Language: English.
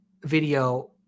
video